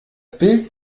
bild